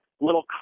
little